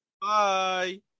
Bye